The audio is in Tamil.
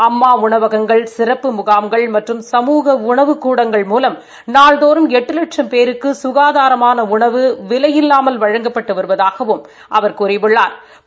அம்மா உணவகங்கள் சிறப்பு முகாம்கள் மற்றும் சமூக உணவுக் கூடங்கள் மூலம் நாள்தோறும் எட்டு லட்சம் பேருக்கு சுகாதாரமான உணவு விலையில்லாமல் வழங்கப்பட்டு வருவதாகவும் அவா் கூறியுள்ளாா்